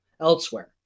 elsewhere